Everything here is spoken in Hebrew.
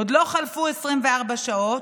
עוד לא חלפו 24 שעות,